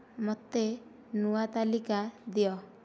ମୋତେ ନୂଆ ତାଲିକା ଦିଅ